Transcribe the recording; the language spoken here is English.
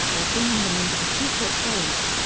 or bringing them into the secret base.